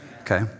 Okay